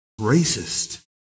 racist